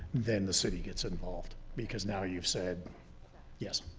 then the city gets involved because now you've said yes.